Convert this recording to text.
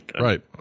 Right